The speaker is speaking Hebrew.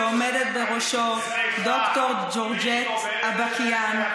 שעומדת בראשו ד"ר ג'ורג'ט אווקיאן,